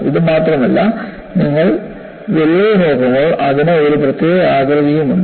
ഇത് മാത്രമല്ല നിങ്ങൾ വിള്ളൽ നോക്കുമ്പോൾ അതിന് ഒരു പ്രത്യേക ആകൃതിയും ഉണ്ട്